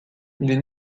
les